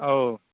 औ